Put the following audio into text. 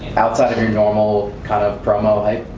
outside of your normal kind of promo hype.